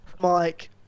Mike